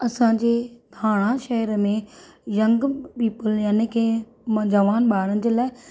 असांजे थाणा शहर में यंग पीपल यानी की मां जवान ॿारनि जे लाइ